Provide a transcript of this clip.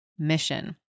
mission